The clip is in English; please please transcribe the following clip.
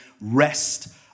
rest